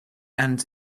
and